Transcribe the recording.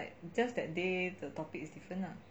just that day the topic is different lah